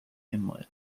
inlet